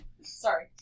sorry